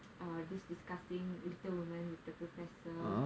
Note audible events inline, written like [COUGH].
[NOISE] just discussing little women with the professor